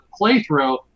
playthrough